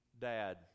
dad